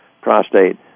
prostate